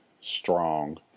strong